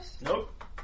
nope